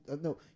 no